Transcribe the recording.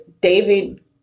David